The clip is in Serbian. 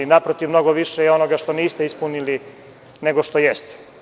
Naprotiv, mnogo je više onoga što niste ispunili, nego što jeste.